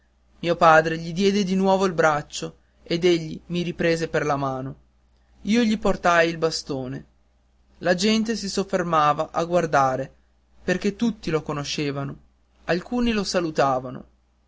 mio padre gli diede di nuovo il braccio ed egli mi riprese per la mano io gli portai il bastone la gente si soffermava a guardare perché tutti lo conoscevano alcuni lo salutavano